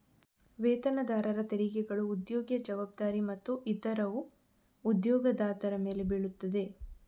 ವೇತನದಾರರ ತೆರಿಗೆಗಳು ಉದ್ಯೋಗಿಯ ಜವಾಬ್ದಾರಿ ಮತ್ತು ಇತರವು ಉದ್ಯೋಗದಾತರ ಮೇಲೆ ಬೀಳುತ್ತವೆ